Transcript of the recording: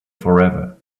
forever